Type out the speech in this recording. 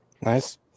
Nice